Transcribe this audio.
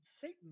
Satan